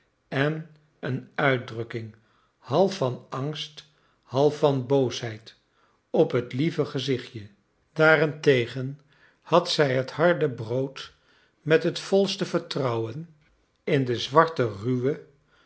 en een uitdmkking half van angst half van boosheid op het lieve gezichtje daarentegen had zij het harde brood met het volste vertrouwen in de zwarte ruwe